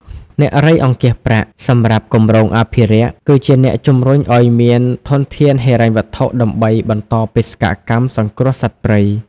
អ្នករៃអង្គាសប្រាក់ សម្រាប់គម្រោងអភិរក្ស គឺជាអ្នកជំរុញឱ្យមានធនធានហិរញ្ញវត្ថុដើម្បីបន្តបេសកកម្មសង្គ្រោះសត្វព្រៃ។